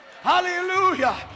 Hallelujah